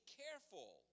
careful